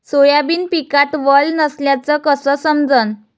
Soybean पिकात वल नसल्याचं कस समजन?